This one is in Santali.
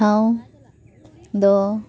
ᱴᱷᱟᱶ ᱫᱚ